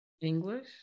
English